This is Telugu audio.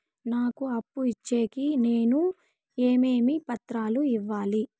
నాకు అప్పు ఇచ్చేకి నేను ఏమేమి పత్రాలు ఇవ్వాలి